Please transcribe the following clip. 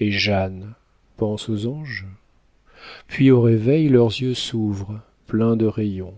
et jeanne pense aux anges puis au réveil leurs yeux s'ouvrent pleins de rayons